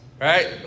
right